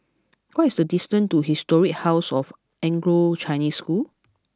what is the distance to Historic House of Anglo Chinese School